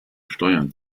steuern